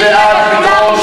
להתנצל,